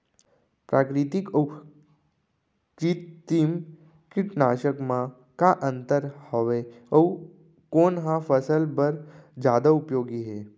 प्राकृतिक अऊ कृत्रिम कीटनाशक मा का अन्तर हावे अऊ कोन ह फसल बर जादा उपयोगी हे?